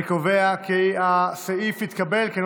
אני קובע כי ההסתייגות לא התקבלה.